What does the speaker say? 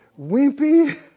wimpy